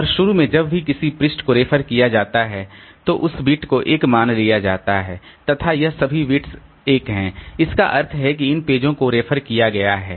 और शुरू में जब भी किसी पृष्ठ को रेफर किया जाता है तो उस बिट को 1 मान लिया जाता है तथा यह सभी बिट्स 1 हैं इसका अर्थ है कि इन पेजों को रेफर किया गया है